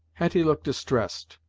hetty looked distressed,